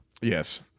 Yes